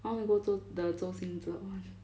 I want to go 周 the 周兴哲 [one]